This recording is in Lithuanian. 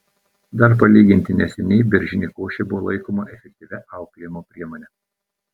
dar palyginti neseniai beržinė košė buvo laikoma efektyvia auklėjimo priemone